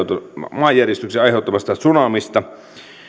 maanjäristyksen aiheuttamasta tsunamista